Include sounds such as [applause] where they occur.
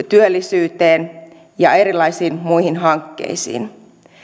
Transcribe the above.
[unintelligible] työllisyyteen ja erilaisiin muihin hankkeisiin